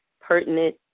pertinent